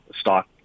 stock